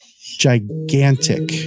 gigantic